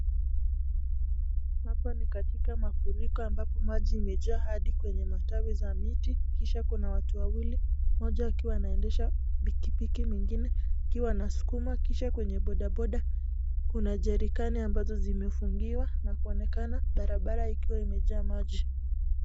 Hapa ni katika mafuriko ambapo maji imejaa hadi kwenye matawi za miti, kisha kuna watu wawili, mmoja akiwa anaendesha pikipiki mwingine akiwa anaskuma, kisha kwenye boda boda kuna jerikani ambazo zimefungiwa na kuonekana barabara ikiwa imejaa maji.